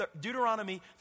Deuteronomy